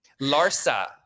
larsa